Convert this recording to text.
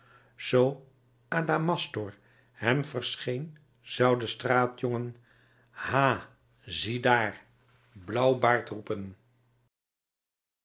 adamastor hem verscheen zou de straatjongen ha ziedaar blauwbaard roepen